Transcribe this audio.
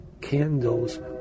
candles